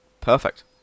Perfect